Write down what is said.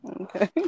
Okay